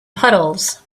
puddles